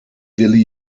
willen